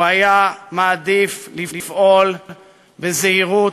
הוא היה מעדיף לפעול בזהירות,